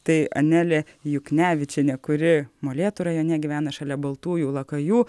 tai anelė juknevičienė kuri molėtų rajone gyvena šalia baltųjų lakajų